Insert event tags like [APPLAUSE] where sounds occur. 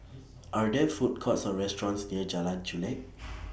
[NOISE] Are There Food Courts Or restaurants near Jalan Chulek [NOISE]